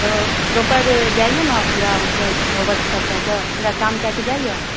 तऽ प्रोपर जाइए ने पूरा मतलब वर्कसभ कए कऽ पूरा काम कए कऽ जाइए